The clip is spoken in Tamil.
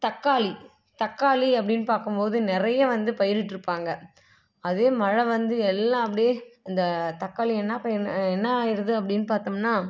தக்காளி தக்காளி அப்படின்னு பார்க்கம்போது நிறைய வந்து பயிரிட்டிருப்பாங்க அதே மழை வந்து எல்லாம் அப்படியே இந்த தக்காளியை என்ன ப என்ன ஆயிடுது அப்படின்னு பார்த்தம்னா